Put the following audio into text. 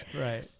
Right